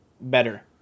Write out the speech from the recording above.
better